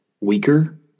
weaker